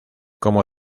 como